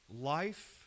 life